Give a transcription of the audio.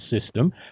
system